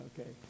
Okay